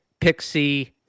pixie